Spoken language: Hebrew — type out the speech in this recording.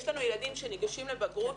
יש לנו ילדים שניגשים לבגרות,